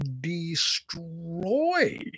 destroy